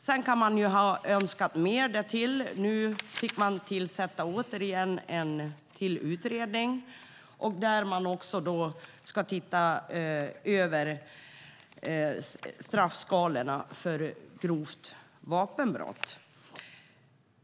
Men sedan kunde man ha önskat mer. Återigen får regeringen tillsätta en utredning. Utredningen ska se över straffskalorna för grovt vapenbrott.